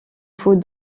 faut